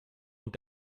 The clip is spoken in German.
und